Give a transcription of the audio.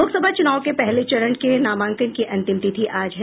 लोकसभा चुनाव के पहले चरण के नामांकन की अंतिम तिथि आज है